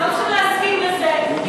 אנחנו לא צריכים להסכים לזה כי,